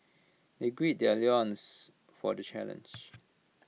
they gird their loins for the challenge